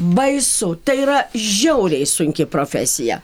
baisu tai yra žiauriai sunki profesija